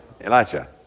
Elijah